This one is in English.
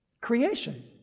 Creation